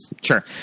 Sure